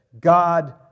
God